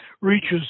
reaches